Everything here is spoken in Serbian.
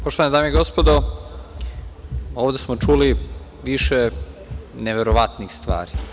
Poštovane dame i gospodo, ovde smo čuli više neverovatnih stvari.